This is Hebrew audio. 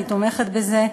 אני תומכת בזה,